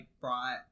brought